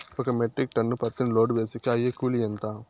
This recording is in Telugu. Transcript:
ఒక మెట్రిక్ టన్ను పత్తిని లోడు వేసేకి అయ్యే కూలి ఎంత?